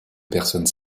personnes